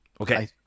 Okay